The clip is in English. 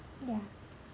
yeah